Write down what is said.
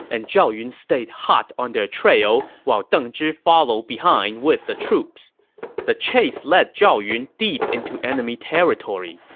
and zhao yun stayed hot on their trail while deng zhi followed behind with the troops the chase led zhao yun deep into enemy territory,